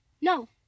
no